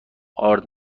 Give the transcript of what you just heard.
ارد